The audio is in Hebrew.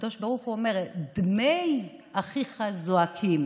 הקדוש ברוך הוא אומר: דמי אחיך זועקים.